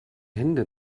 hände